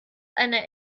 einer